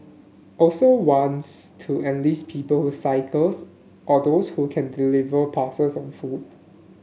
also wants to enlist people who cycles or those who can deliver parcels on foot